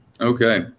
okay